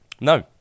No